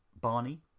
Barney